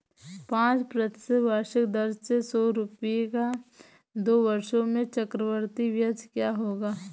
पाँच प्रतिशत वार्षिक दर से सौ रुपये का दो वर्षों में चक्रवृद्धि ब्याज क्या होगा?